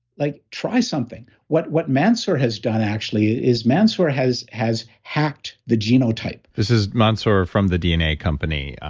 like try something. what what mansoor has done actually is mansoor has has hacked the genotype this is mansoor from the dna company.